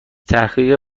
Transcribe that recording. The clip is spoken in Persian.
تحقیق